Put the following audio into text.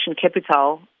capital